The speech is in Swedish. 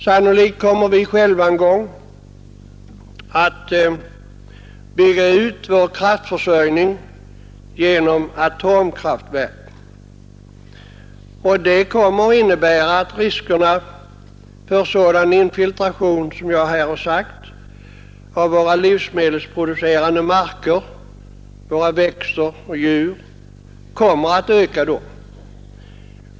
Vi kommer sannolikt själva en gång att bygga ut vår kraftproduktion genom atomkraftverk, och det kommer i så fall att innebära att riskerna ökar för sådan infiltration av våra livsmedelsproducerande marker som jag här talat om.